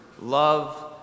love